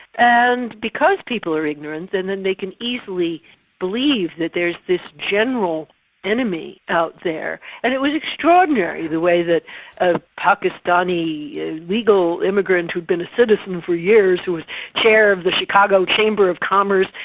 and because people are ignorant, then and they can easily believe that there's this general enemy out there. and it was extraordinary the way that a pakistani legal immigrant who'd been a citizen for years, who was chair of the chicago chamber of commerce,